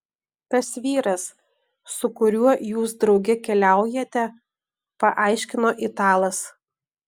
tas vyras su kuriuo jūs drauge keliaujate paaiškino italas